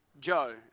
Joe